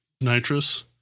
nitrous